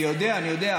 אני יודע.